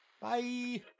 Bye